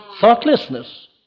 thoughtlessness